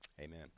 Amen